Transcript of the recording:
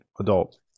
adult